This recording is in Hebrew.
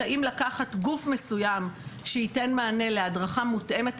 האם לקחת גוף מסוים שייתן מענה להדרכה מותאמת,